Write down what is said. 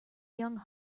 young